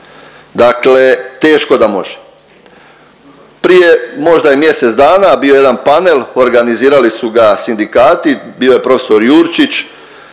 Dakle teško da može. Prije možda i mjesec dana bio je jedan panel, organizirali su ga sindikati. Bio je prof. Jurčić